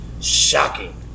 Shocking